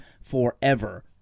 forever